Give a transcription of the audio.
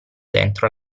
dentro